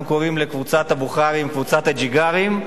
אנחנו קוראים לקבוצת הבוכרים "קבוצת הג'יגארים".